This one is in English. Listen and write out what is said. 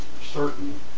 certain